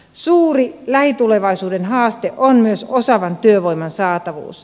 suuri lähitulevaisuuden haaste on myös osaavan työvoiman saatavuus